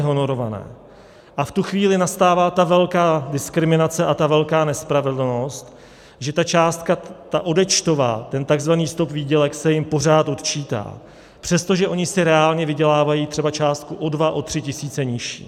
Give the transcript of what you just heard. A v tu chvíli nastává ta velká diskriminace a ta velká nespravedlnost, že ta částka, ta odečtová, ten takzvaný stop výdělek, se jim pořád odečítá, přestože oni si reálně vydělávají třeba částku o dva, o tři tisíce nižší.